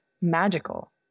magical